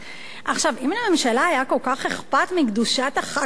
אם לממשלה היה כל כך אכפת מקדושת החג של הפלסטינים,